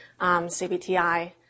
CBTI